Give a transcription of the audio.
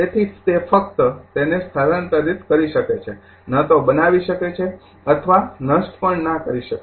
તેથી તે ફક્ત તેને સ્થાનાંતરિત કરી શકે છે ન તો બનાવી શકે છે અથવા નષ્ટ પણ ના કરી શકે